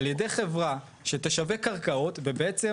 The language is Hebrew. על ידי חברה שתשווק קרקעות ובעצם,